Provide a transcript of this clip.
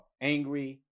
angry